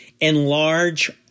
Enlarge